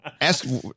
Ask